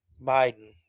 Biden